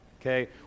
Okay